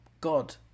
God